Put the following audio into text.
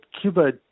Cuba